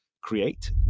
create